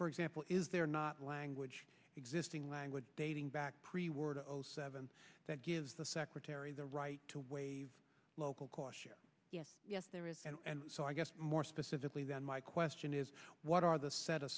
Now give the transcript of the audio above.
for example is there not language existing language dating back pre war to zero seven that gives the secretary the right to waive local question yes yes there is and so i guess more specifically than my question is what are the set of